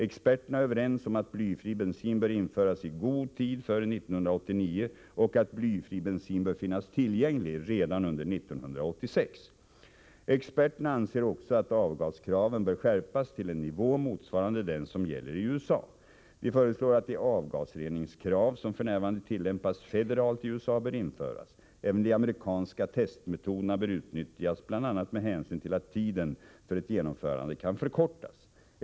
Experterna är överens om att blyfri bensin bör införas i god tid före 1989 och att blyfri bensin bör finnas tillgänglig redan under 1986. Experterna anser också att avgaskraven bör skärpas till en nivå motsvarande den som gäller i USA. De föreslår att de avgasreningskrav som f.n. tillämpas federalt i USA bör införas. Även de amerikanska testmetoderna bör utnyttjas, bl.a. med hänsyn till att tiden för ett genomförande kan förkortas.